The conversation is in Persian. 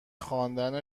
خواندن